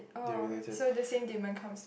they're related